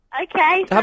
Okay